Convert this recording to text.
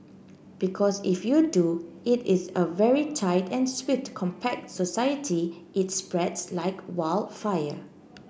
because if you do it is a very tight and swift compact society it spreads like wild fire